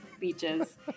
beaches